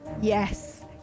yes